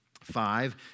Five